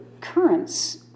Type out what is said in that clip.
currents